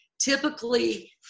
typically